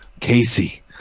Casey